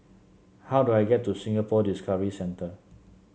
how do I get to Singapore Discovery Centre